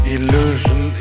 Illusion